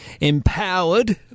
empowered